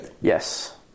yes